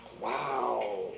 Wow